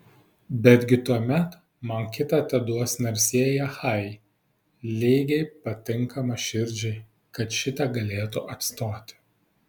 betgi tuomet man kitą teduos narsieji achajai lygiai patinkamą širdžiai kad šitą galėtų atstoti